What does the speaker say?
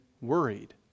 worried